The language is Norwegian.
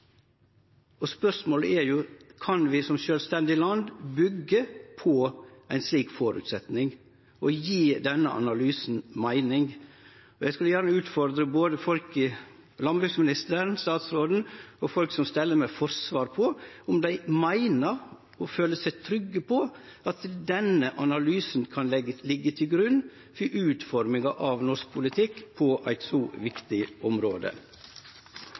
Spørsmålet er jo: Kan vi som sjølvstendig land byggje på ein slik føresetnad og gje denne analysen meining? Eg skulle gjerne utfordra både landbruksministeren og folk som steller med forsvar på om dei meiner og føler seg trygge på at denne analysen kan liggje til grunn for utforminga av norsk politikk på eit så viktig område.